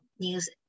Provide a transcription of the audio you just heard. news